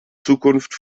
zukunft